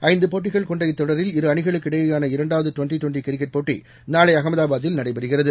ஐந்துபோட்டிகள் இத்தொடரில் இரு அணிகளுக்கிடையேயான இரண்டாவதுடுவெண்டிடுவெண்டிகிரிக்கெட் போட்டிநாளைஅகமதபாத்தில் நடைபெறுகிறது